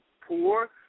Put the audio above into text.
poor